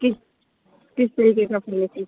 किस किस तरीके का फ़र्नीचर